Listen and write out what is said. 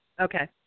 Okay